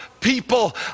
people